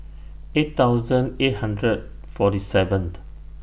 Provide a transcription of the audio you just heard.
eight thousand eight hundred and forty seventh